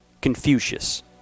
Confucius